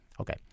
Okay